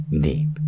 Deep